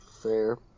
Fair